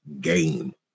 game